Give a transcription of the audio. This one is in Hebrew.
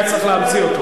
היה צריך להמציא אותו.